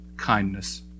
kindness